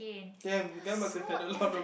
damn the guy must have had a lot of